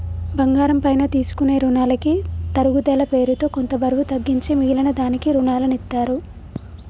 బంగారం పైన తీసుకునే రునాలకి తరుగుదల పేరుతో కొంత బరువు తగ్గించి మిగిలిన దానికి రునాలనిత్తారు